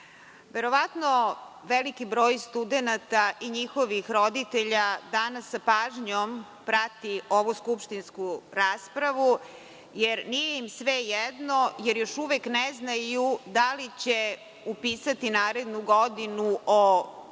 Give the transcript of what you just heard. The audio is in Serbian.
verovatno veliki broj studenata i njihovih roditelja danas sa pažnjom prati ovu skupštinsku raspravu, jer nije im svejedno, jer još uvek ne znaju da li će upisati narednu godinu o trošku